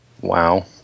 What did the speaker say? wow